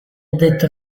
detto